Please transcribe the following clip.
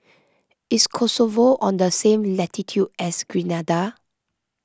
is Kosovo on the same latitude as Grenada